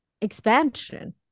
expansion